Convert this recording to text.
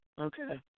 okay